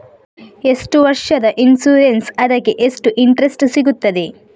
ಎಷ್ಟು ವರ್ಷದ ಇನ್ಸೂರೆನ್ಸ್ ಅದಕ್ಕೆ ಎಷ್ಟು ಇಂಟ್ರೆಸ್ಟ್ ಸಿಗುತ್ತದೆ?